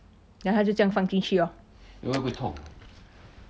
then 他就这样放进去 lor